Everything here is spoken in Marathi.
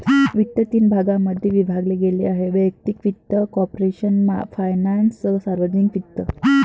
वित्त तीन भागांमध्ये विभागले गेले आहेः वैयक्तिक वित्त, कॉर्पोरेशन फायनान्स, सार्वजनिक वित्त